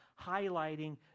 highlighting